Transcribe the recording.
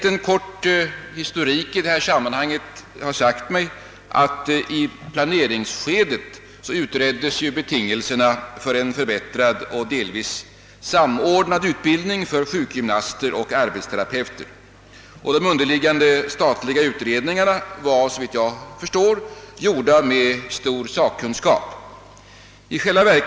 En kort historik i detta sammanhang har sagt mig, att i planeringsskedet utreddes betingelserna för en förbättrad och delvis samordnad utbildning för sjukgymnaster och arbetsterapeuter. De statliga utredningarna var, såvitt jag förstår, gjorda med stor sakkunskap.